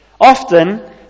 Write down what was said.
Often